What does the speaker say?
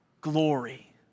glory